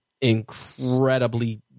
incredibly